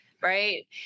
Right